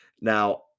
Now